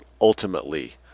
ultimately